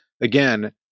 again